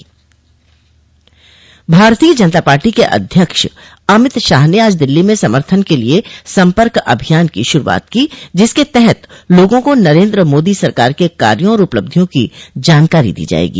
भारतीय जनता पार्टी के अध्यक्ष अमित शाह ने आज दिल्ली में समर्थन के लिए सम्पर्क अभियान की शुरूआत की जिसके तहत लोगों को नरेन्द्र मोदी सरकार के कार्यों और उपलब्धियों की जानकारी दी जाएगी